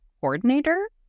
coordinator